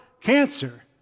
cancer